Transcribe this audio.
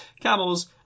Camels